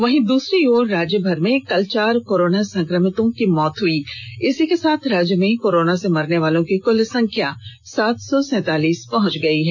वहीं दूसरी ओर राज्य भर में कल चार कोरोना संक्रमितों की मौत हो गयी इसी के साथ राज्य में कोरोना से मरने वालों की कल संख्या सात सौ सैंतालीस पहंच गयी है